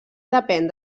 depèn